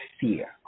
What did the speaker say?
fear